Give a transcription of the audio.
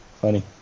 Funny